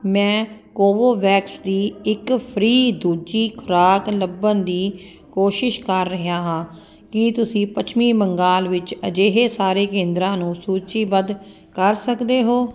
ਮੈਂ ਕੋਵੋਵੈਕਸ ਦੀ ਇੱਕ ਫ੍ਰੀ ਦੂਜੀ ਖੁਰਾਕ ਲੱਭਣ ਦੀ ਕੋਸ਼ਿਸ਼ ਕਰ ਰਿਹਾ ਹਾਂ ਕੀ ਤੁਸੀਂ ਪੱਛਮੀ ਬੰਗਾਲ ਵਿੱਚ ਅਜਿਹੇ ਸਾਰੇ ਕੇਂਦਰਾਂ ਨੂੰ ਸੂਚੀਬੱਧ ਕਰ ਸਕਦੇ ਹੋ